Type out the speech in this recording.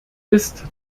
ist